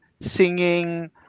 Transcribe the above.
singing